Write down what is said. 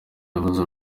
yabuze